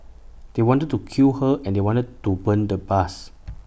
they wanted to kill her and they wanted to burn the bus